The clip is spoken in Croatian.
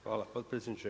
Hvala potpredsjedniče.